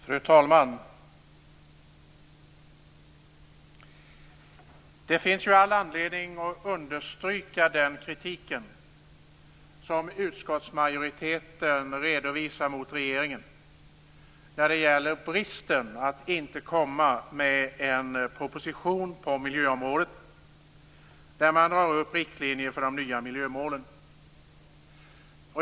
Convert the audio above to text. Fru talman! Det finns all anledning att understryka den kritik som utskottsmajoriteten redovisar mot regeringen för bristen att inte komma med en proposition på miljöområdet där man drar upp riktlinjer för de nya miljömålen.